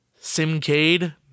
Simcade